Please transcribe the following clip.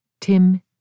Tim